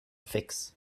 fix